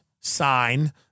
Sign